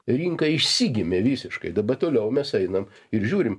rinka išsigimė visiškai dabar toliau mes einam ir žiūrim